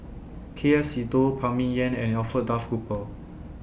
K F Seetoh Phan Ming Yen and Alfred Duff Cooper